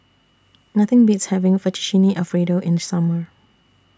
Nothing Beats having Fettuccine Alfredo in The Summer